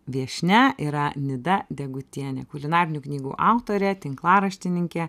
viešnia yra nida degutienė kulinarinių knygų autorė tinklaraštininkė